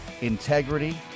integrity